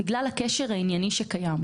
בגלל הקשר הענייני שקיים.